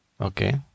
Okay